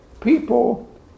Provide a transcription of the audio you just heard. people